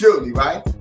right